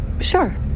Sure